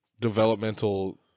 developmental